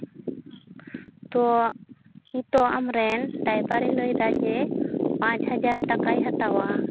ᱛᱚ ᱱᱤᱛᱚᱜ ᱟᱢᱨᱮᱱ ᱰᱟᱭᱵᱟᱨᱮᱭ ᱞᱟᱹᱭᱮᱫᱟ ᱡᱮ ᱯᱟᱸᱪ ᱦᱟᱡᱟᱨ ᱴᱟᱠᱟᱧ ᱦᱟᱛᱟᱣᱟ